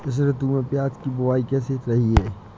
इस ऋतु में प्याज की बुआई कैसी रही है?